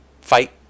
fight